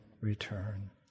return